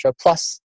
plus